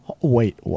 Wait